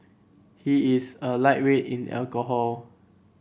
he is a lightweight in alcohol